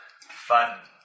Fun